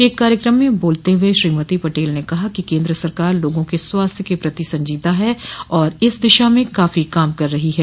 एक कार्यक्रम में बोलते हुए श्रीमती पटेल ने कहा कि केन्द्र सरकार लोगों क स्वास्थ्य के प्रति संजीदा है और दिशा में काफी काम कर रही है